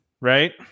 Right